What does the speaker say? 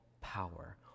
power